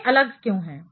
वे अलग क्यों हैं